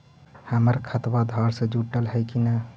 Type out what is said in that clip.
हमर खतबा अधार से जुटल हई कि न?